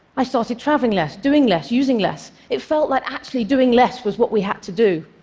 i started traveling less, doing less using less. it felt like actually doing less was what we had to do.